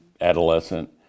adolescent